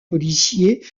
policiers